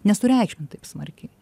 nesureikšmint taip smarkiai